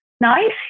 nice